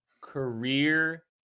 career